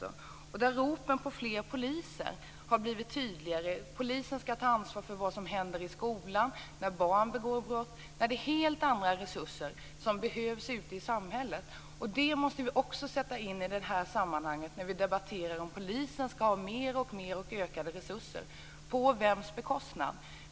Ropen på fler poliser har blivit tydligare. Polisen skall ta ansvar för vad som händer i skolan när barn begår brott. Det är helt andra resurser som behövs ute i samhället. Det måste vi också sätta in i sammanhanget när vi debatterar om polisen skall ha alltmer ökade resurser. På vems bekostnad skall det ske?